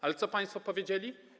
Ale co państwo powiedzieli?